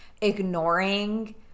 ignoring